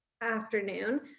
afternoon